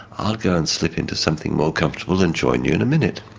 i'll go and slip into something more comfortable and join you in a minute.